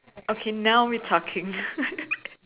okay now we talking